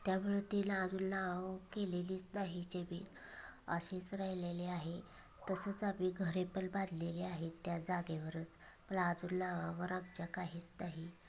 त्यामुळे तिला अजून नावावर केलेलीच नाही जमीन अशीच राहिलेली आहे तसंच आम्ही घरे पण बांधलेली आहे त्या जागेवरच अजून आमच्या नावावर काहीच नाही